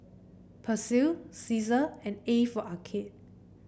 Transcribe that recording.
Persil Cesar and A for Arcade